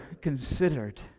considered